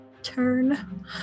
turn